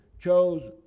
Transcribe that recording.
chose